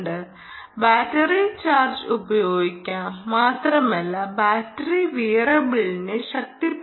battery charge ചെയ്യുന്നതിന് നിങ്ങൾക്ക് യഥാർത്ഥത്തിൽ ഈ ബോഡിയുടെ ചൂട് ഉപയോഗിക്കാം മാത്രമല്ല ബാറ്ററി വിയറബിളിനെ ശക്തിപ്പെടുത്തുകയും ചെയ്യുന്നു